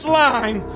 line